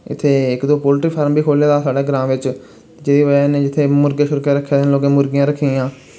इत्थै इक दो पोल्ट्री फार्म बी खोह्लै दा साढ़े ग्रां बिच जेह्दी वजह् कन्नै जित्थै मुर्गे शुरगे रक्खे दे न लोकें मुर्गियां रक्खी दियां